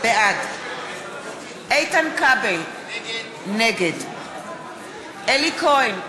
בעד איתן כבל, נגד אלי כהן,